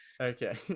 Okay